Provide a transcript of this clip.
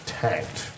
tanked